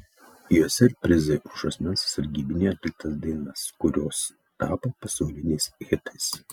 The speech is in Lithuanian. juose ir prizai už asmens sargybinyje atliktas dainas kurios tapo pasauliniais hitais